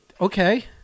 okay